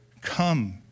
come